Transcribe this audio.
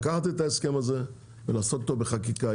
לקחת את ההסכם הזה ולעשות אותו בחקיקה.